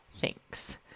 thanks